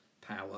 power